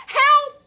help